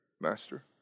Master